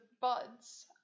Buds